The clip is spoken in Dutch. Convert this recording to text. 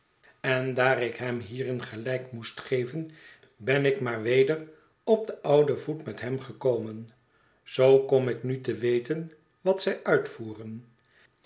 en daar ik het kamertje achter ben winkel hem hierin gelijk moest geven ben ik maar weder op den ouden voet met hem gekomen zoo kom ik nu te weten wat zij uitvoeren